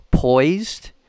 poised